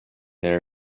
they